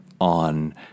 on